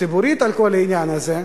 וציבורית על כל העניין הזה,